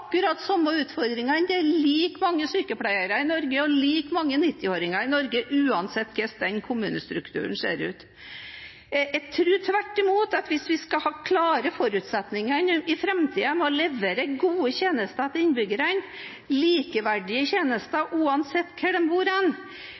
like mange sykepleiere i Norge og like mange 90-åringer i Norge uansett hvordan kommunestrukturen ser ut. Jeg tror tvert imot at hvis vi skal klare utfordringene i framtiden og klare å levere gode tjenester til innbyggerne, likeverdige tjenester